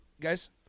guys